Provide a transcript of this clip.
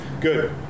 good